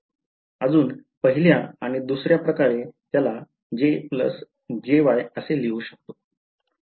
अजून पहिल्या आणि दुसऱ्या प्रकारे त्याला असे लिहू शकतो